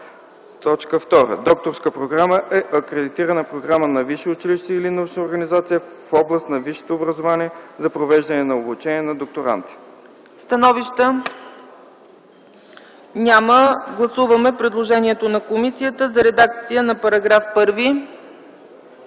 НАОА. 2. „Докторска програма” е акредитирана програма на висше училище или научна организация в област на висшето образование за провеждане на обучение на докторанти.” ПРЕДСЕДАТЕЛ ЦЕЦКА ЦАЧЕВА: Становища? Няма. Гласуваме предложението на комисията за редакция на § 1.